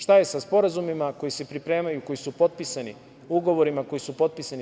Šta je sa sporazumima koji se pripremaju, koji su potpisani, ugovorima koji su potpisani?